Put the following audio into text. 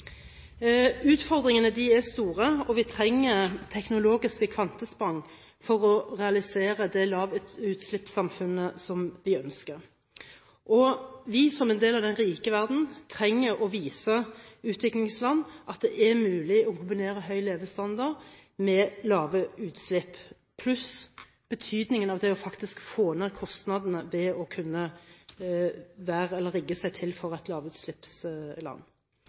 Utfordringene er store, og vi trenger teknologiske kvantesprang for å realisere det lavutslippssamfunnet som vi ønsker. Vi, som del av den rike verden, trenger å vise utviklingsland at det er mulig å kombinere høy levestandard med lave utslipp, pluss betydningen av å få ned kostnadene ved å kunne rigge seg til for å bli et lavutslippsland.